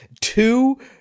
two